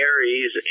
Aries